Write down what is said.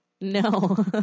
No